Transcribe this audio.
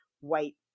white